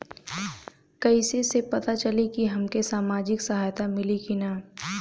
कइसे से पता चली की हमके सामाजिक सहायता मिली की ना?